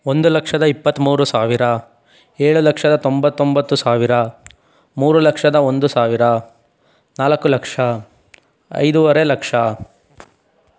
ಒಂದು ಲಕ್ಷದ ಇಪ್ಪತ್ತ್ಮೂರು ಸಾವಿರ ಏಳು ಲಕ್ಷದ ತೊಂಬತ್ತೊಂಬತ್ತು ಸಾವಿರ ಮೂರು ಲಕ್ಷದ ಒಂದು ಸಾವಿರ ನಾಲ್ಕು ಲಕ್ಷ ಐದುವರೆ ಲಕ್ಷ